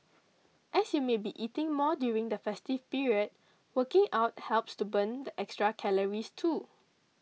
as you may be eating more during the festive period working out helps to burn the extra calories too